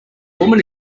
woman